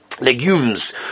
legumes